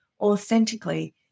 authentically